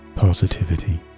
positivity